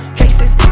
cases